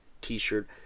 t-shirt